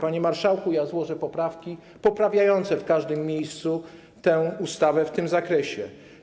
Panie marszałku, złożę poprawki poprawiające w każdym miejscu tę ustawę w tym zakresie.